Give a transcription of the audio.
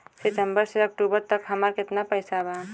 सितंबर से अक्टूबर तक हमार कितना पैसा बा?